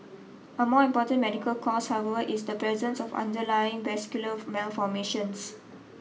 a more important medical cause is the presence of underlying vascular malformations